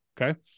Okay